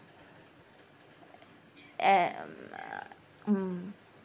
and uh mm